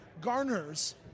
garners